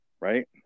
Right